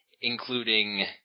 including